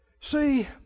See